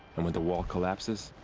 and when the wall collapses.